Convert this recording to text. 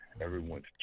Everyone's